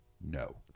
no